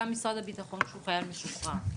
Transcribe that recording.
גם משרד הביטחון כשהוא חייל משוחרר.